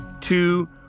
two